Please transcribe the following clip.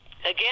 again